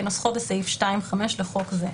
כנוסחו בסעיף 2(5) לחוק זה,